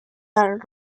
han